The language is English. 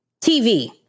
tv